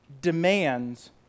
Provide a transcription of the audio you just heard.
demands